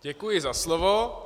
Děkuji za slovo.